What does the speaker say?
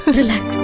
Relax